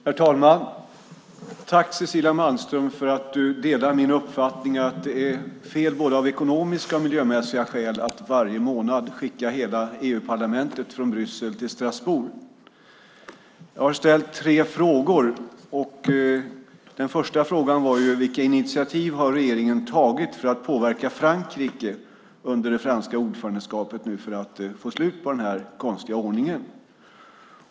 Herr talman! Tack, Cecilia Malmström, för att du delar min uppfattning att det är fel både av ekonomiska och miljömässiga skäl att varje månad skicka hela EU-parlamentet från Bryssel till Strasbourg. Jag har ställt tre frågor. Den första frågan var vilka initiativ regeringen har tagit för att påverka Frankrike under det franska ordförandeskapet för att få slut på den här konstiga ordningen.